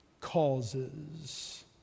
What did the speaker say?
causes